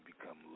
become